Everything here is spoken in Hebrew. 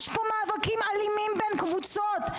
יש פה מאבקים אלימים בין קבוצות,